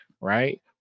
right